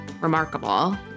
remarkable